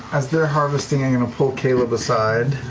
as they're harvesting, i'm going to pull caleb aside.